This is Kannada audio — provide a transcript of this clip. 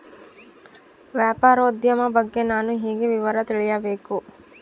ವ್ಯಾಪಾರೋದ್ಯಮ ಬಗ್ಗೆ ನಾನು ಹೇಗೆ ವಿವರ ತಿಳಿಯಬೇಕು?